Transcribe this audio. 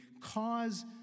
Cause